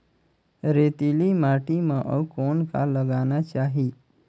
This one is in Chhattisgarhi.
रेतीली माटी म अउ कौन का लगाना चाही?